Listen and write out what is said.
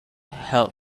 help